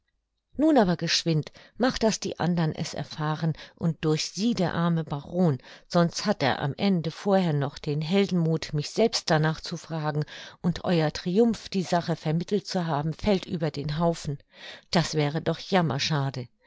nun aber geschwind mach daß die andern es erfahren und durch sie der arme baron sonst hat er am ende vorher noch den heldenmuth mich selbst danach zu fragen und euer triumph die sache vermittelt zu haben fällt über den haufen das wäre doch jammerschade